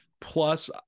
plus